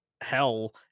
hell